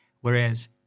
Whereas